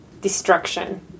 Destruction